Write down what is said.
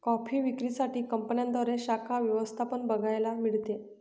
coffee विक्री साठी कंपन्यांद्वारे शाखा व्यवस्था पण बघायला मिळते